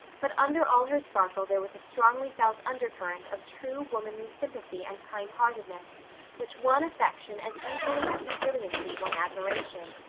but under all her sparkle there was a strongly felt undercurrent of true, womanly sympathy and kindheartedness which won affection as easily as her brilliancy won admiration.